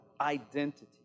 identity